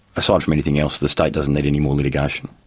aside from anything else, the state doesn't need any more litigation.